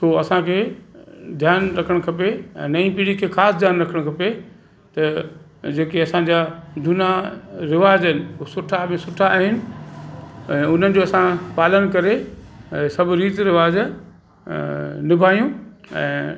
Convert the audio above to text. सो असांखे ध्यानु रखणु खपे ऐं नई पीढ़ी खे ख़ासि ध्यानु रखणु खपे त जेके असांजा जूना रिवाज आहिनि सुठा में सुठा आहिनि ऐं उन्हनि जो असां पालन करे ऐं सभु रीति रिवाज़ु निभायूं ऐं